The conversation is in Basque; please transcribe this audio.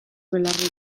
belarrira